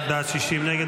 51 בעד, 60 נגד.